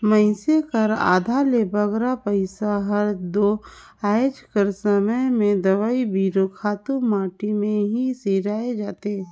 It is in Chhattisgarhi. मइनसे कर आधा ले बगरा पइसा हर दो आएज कर समे में दवई बीरो, खातू माटी में ही सिराए जाथे